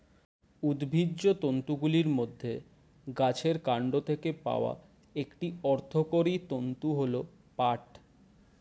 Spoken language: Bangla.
উদ্ভিজ্জ তন্তুগুলির মধ্যে গাছের কান্ড থেকে পাওয়া একটি অর্থকরী তন্তু হল পাট